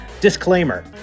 Disclaimer